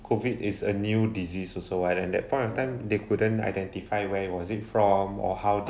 COVID is a new disease also [what] and that point of time they couldn't identify where was it from or how they